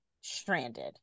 stranded